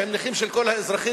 שהם נכים של כל האזרחים,